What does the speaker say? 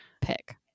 pick